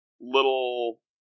little